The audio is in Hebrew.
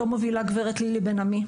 אותה מובילה הגברת לילי בן עמי.